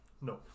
No